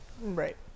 right